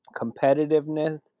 competitiveness